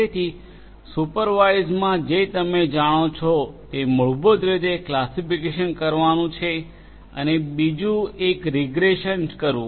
તેથી સુપરવાઇઝડમાં જે તમે જાણો છો તે મૂળભૂત રીતે ક્લાસિફિકેશન કરવાનું છે અને બીજી એક રીગ્રેશન કરવું